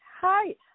Hi